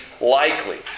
likely